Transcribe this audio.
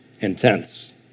Intense